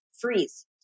freeze